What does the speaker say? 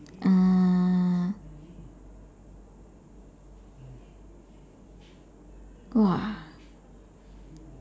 uh !wah!